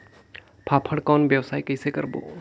फाफण कौन व्यवसाय कइसे करबो?